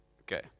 Okay